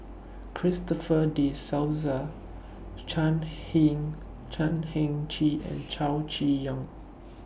Christopher De Souza Chan Heng Chan Heng Chee and Chow Chee Yong